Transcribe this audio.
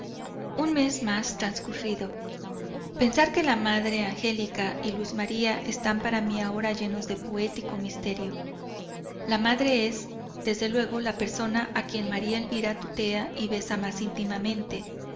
un mes más transcurrido pensar que la madre angélica y luis maría están para mí ahora llenos de poético misterio la madre es desde luego la persona a quien maría elvira tutea y besa más íntimamente